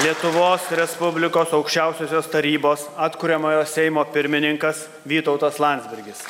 lietuvos respublikos aukščiausiosios tarybos atkuriamojo seimo pirmininkas vytautas landsbergis